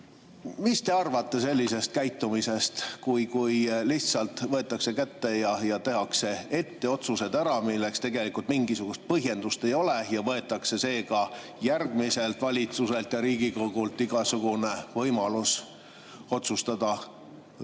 Mis te arvate sellisest käitumisest, kui lihtsalt võetakse kätte ja tehakse ette otsused ära, milleks tegelikult mingisugust põhjendust ei ole, ja võetakse seega järgmiselt valitsuselt ja Riigikogult igasugune võimalus otsustada?